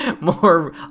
more